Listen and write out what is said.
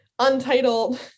untitled